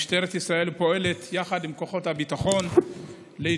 משטרת ישראל פועלת יחד עם כוחות הביטחון לאיתורם